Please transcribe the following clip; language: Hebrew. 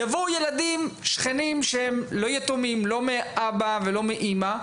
יבואו ילדים שכנים שהם לא יתומים לא מאבא ולא מאימא,